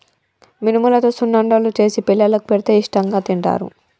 మినుములతో సున్నుండలు చేసి పిల్లలకు పెడితే ఇష్టాంగా తింటారు